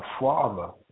father